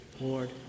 Lord